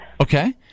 Okay